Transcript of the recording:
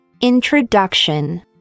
introduction